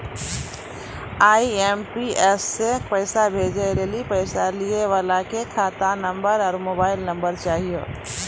IMPS से पैसा भेजै लेली पैसा लिये वाला के खाता नंबर आरू मोबाइल नम्बर चाहियो